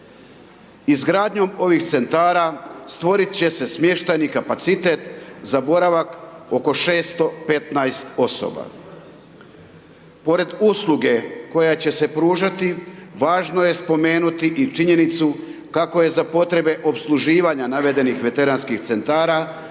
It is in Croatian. Izgradnjom ovim Centara stvoriti će se smještajni kapacitet za boravak oko 615 osoba. Pored usluge koja će se pružati, važno je spomenuti i činjenicu kako je za potrebe opsluživanja navedenih Veteranskih Centara